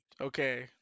Okay